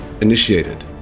Initiated